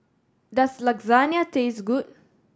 does Lasagna taste good